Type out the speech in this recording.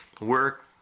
Work